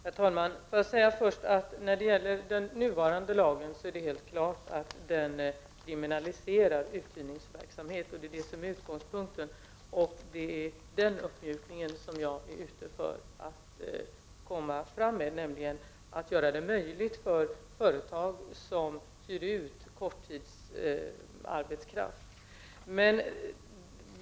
Herr talman! Får jag först säga att det är helt klart att den nuvarande lagen kriminaliserar uthyrningsverksamhet. Det är det som är utgångspunkten för den uppmjukning av lagen som jag nu är ute efter att ta fram, så att det blir möjligt för företag att hyra ut korttidsarbetskraft.